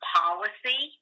policy